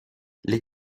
les